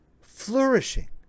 flourishing